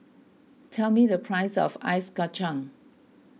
tell me the price of Ice Kacang